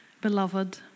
Beloved